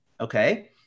Okay